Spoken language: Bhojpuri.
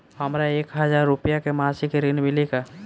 हमका एक हज़ार रूपया के मासिक ऋण मिली का?